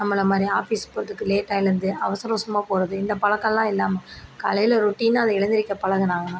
நம்மளை மாதிரி ஆஃபீஸ் போகிறதுக்கு லேட்டாக வருதுலேர்ந்து அவசரம் அவசரமாக போகிறது இந்த பழக்கம்லாம் இல்லாமல் காலையில் ரொட்டினாக எழுந்தியிருக்க பழகுனாங்கனால்